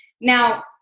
Now